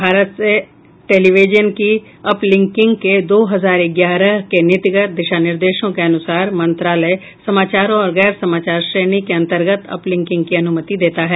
भारत से टेलीविजन की अपलिंकिंग के दो हजार ग्यारह के नीतिगत दिशा निर्देशों के अनुसार मंत्रालय समाचारों और गैर समाचार श्रेणी के अंतर्गत अपलिंकिंग की अनुमति देता है